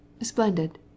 Splendid